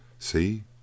See